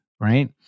right